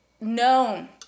known